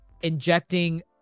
injecting